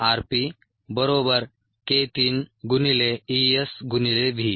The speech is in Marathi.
rgPrPk3 ES V